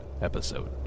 episode